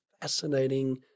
fascinating